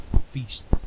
feast